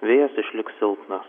vėjas išliks silpnas